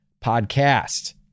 Podcast